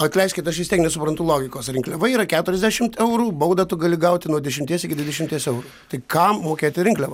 atleiskit aš vis tiek nesuprantu logikos rinkliava yra keturiasdešimt eurų baudą tu gali gauti nuo dešimties iki dvidešimties eurų tai kam mokėti rinkliavą